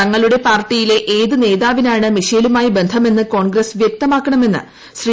തങ്ങളുടെ പാർട്ടിയിലെ ഏത് നേതാവിനാണ് മിഷേലുമായി ബന്ധമെന്ന് കോൺഗ്രസ് വ്യക്തമാക്കണമെന്ന് ശ്രീ